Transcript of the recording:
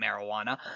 marijuana